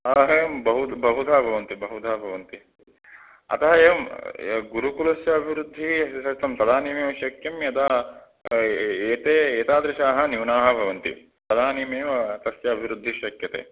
अ हेयं बहुधा बहुधा भवन्ति बहुधा भवन्ति अतः एवं गुरुकुलस्य अभिवृद्धिः एतदर्थं तदानीमेव शक्यं यदा एते एतादृशाः न्यूनाः भवन्ति तदानीमेव तस्य अभिवृद्धिः शक्यते